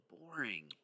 boring